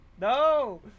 No